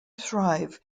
thrive